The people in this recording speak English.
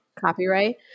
copyright